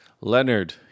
Leonard